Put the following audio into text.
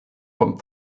vom